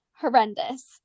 horrendous